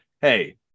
Hey